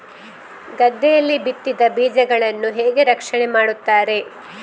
ಗದ್ದೆಯಲ್ಲಿ ಬಿತ್ತಿದ ಬೀಜಗಳನ್ನು ಹೇಗೆ ರಕ್ಷಣೆ ಮಾಡುತ್ತಾರೆ?